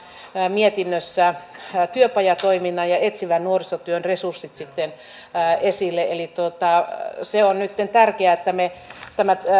mietinnössä työpajatoiminnan ja etsivän nuorisotyön resurssit esille se on nytten tärkeää että me tämän